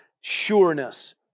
Sureness